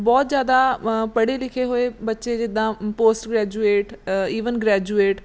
ਬਹੁਤ ਜ਼ਿਆਦਾ ਪੜ੍ਹੇ ਲਿਖੇ ਹੋਏ ਬੱਚੇ ਜਿੱਦਾਂ ਪੋਸਟ ਗ੍ਰੈਜੂਏਟ ਈਵਨ ਗਰੈਜੂਏਟ